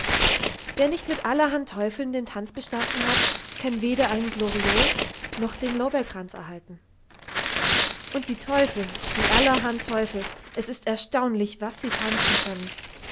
wer nicht mit allerhand teufeln den tanz bestanden hat kann weder ein gloriole noch den lorbeerkranz erhalten und die teufel die allerhand teufel es ist erstaunlich was sie tanzen können